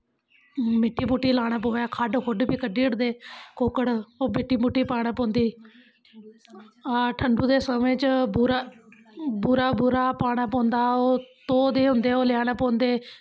मिट्टी मुट्टी लाना पवै खड्ड खुड्ड बी कड्डी ओड़दे कुक्कड़ ओह् मिट्टी मुट्टी पाना पौंदी हां ठंडू दे समें च बूरा बूरा बूरा पाना पौंदा ओह् तोह् दे होंदे ओह् लेआने पौंदे